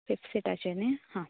fifth सिटाचेर न्ही हा